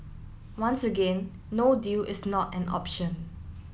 once again no deal is not an option